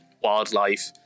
wildlife